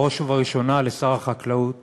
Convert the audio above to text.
בראש ובראשונה, לשר החקלאות